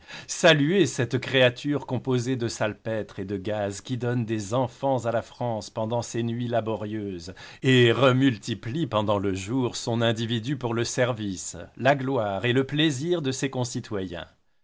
saluez cette créature composée de salpêtre et de gaz qui donne des enfants à la france pendant ses nuits laborieuses et remultiplie pendant le jour son individu pour le service la gloire et le plaisir de ses concitoyens